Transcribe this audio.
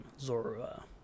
Zora